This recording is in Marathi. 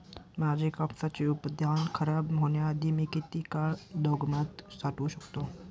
माझे कापसाचे उत्पादन खराब होण्याआधी मी किती काळ गोदामात साठवू शकतो?